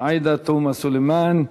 עאידה תומא סלימאן.